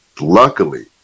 luckily